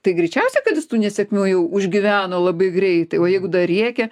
tai greičiausia kad jis tų nesėkmių jau užgyveno labai greitai o jeigu dar riekė